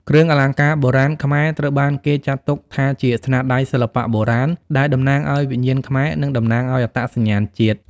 គ្រឿងអលង្ការបុរាណខ្មែរត្រូវបានគេចាត់ទុកថាជាស្នាដៃសិល្បៈបុរាណដែលតំណាងឲ្យវិញ្ញាណខ្មែរ និងតំណាងឱ្យអត្តសញ្ញាណជាតិ។